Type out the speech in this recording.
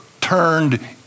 turned